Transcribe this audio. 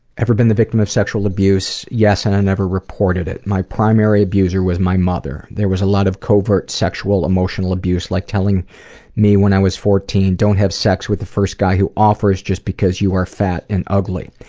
ever been the victim of sexual abuse? yes, but and i never reported it. my primary abuser was my mother. there was a lot of covert sexual emotional abuse like telling me when i was fourteen. don't have sex with the first guy who offers just because you are fat and ugly.